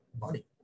money